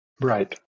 Right